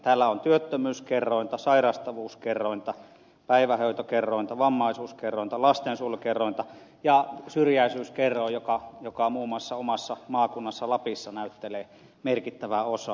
täällä on työttömyyskerrointa sairastavuuskerrointa päivähoitokerrointa vammaisuuskerrointa lastensuojelukerrointa ja syrjäisyyskerroin joka muun muassa omassa maakunnassa lapissa näyttelee merkittävää osaa